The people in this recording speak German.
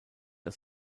aus